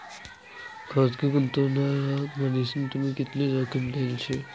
खासगी गुंतवणूकदार मन्हीसन तुम्ही कितली जोखीम लेल शे